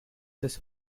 this